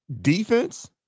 Defense